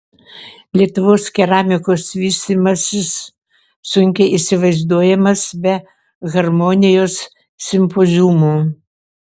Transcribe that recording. lietuvos keramikos vystymasis sunkiai įsivaizduojamas be harmonijos simpoziumų